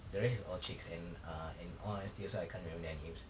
the rest is all chicks and uh and all honestly also I can't remember their names